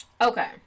Okay